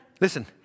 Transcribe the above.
listen